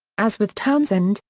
as with townsend,